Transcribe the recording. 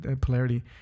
polarity